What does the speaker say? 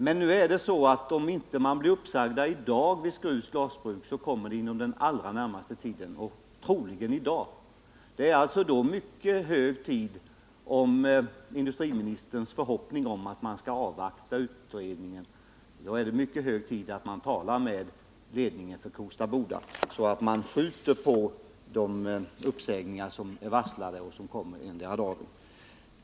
Men vid Skrufs Glasbruk är situationen den att om inte personalen sägs upp i dag, vilket troligen blir fallet, så kommer detta att ske under den allra närmaste tiden. Det är alltså mycket hög tid att tala med ledningen för Kosta Boda, så att den skjuter på de uppsägningar som är varslade och som kommer att verkställas endera dagen.